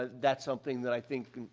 that's something that i think,